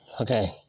Okay